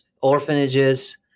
orphanages